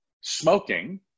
Smoking